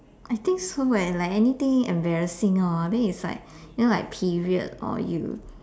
I think so leh like anything embarrassing lor I mean it's like you know like period or you